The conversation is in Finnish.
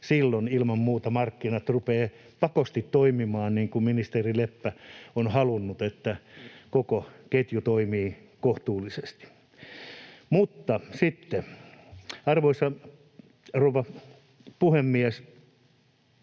Silloin ilman muuta markkinat rupeavat pakosti toimimaan niin kuin ministeri Leppä on halunnut: koko ketju toimii kohtuullisesti. Arvoisa rouva puhemies!